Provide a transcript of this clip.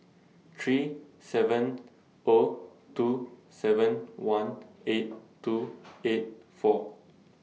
three seven O two seven one eight two eight four